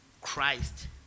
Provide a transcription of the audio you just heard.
Christ